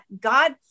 God